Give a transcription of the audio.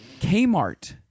Kmart